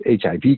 HIV